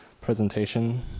presentation